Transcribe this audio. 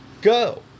go